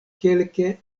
kelke